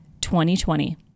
2020